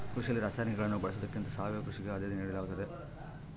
ಕೃಷಿಯಲ್ಲಿ ರಾಸಾಯನಿಕಗಳನ್ನು ಬಳಸೊದಕ್ಕಿಂತ ಸಾವಯವ ಕೃಷಿಗೆ ಆದ್ಯತೆ ನೇಡಲಾಗ್ತದ